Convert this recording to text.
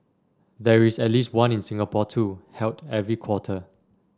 there is at least one in Singapore too held every quarter